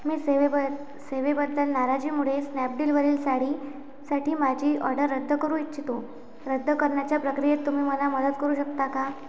मी सेवेब सेवेबद्दल नाराजीमुळे स्नॅपडीलवरील साडीसाठी माझी ऑर्डर रद्द करू इच्छितो रद्द करण्याच्या प्रक्रियेत तुम्ही मला मदत करू शकता का